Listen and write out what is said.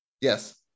yes